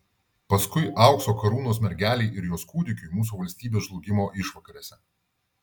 paskui aukso karūnos mergelei ir jos kūdikiui mūsų valstybės žlugimo išvakarėse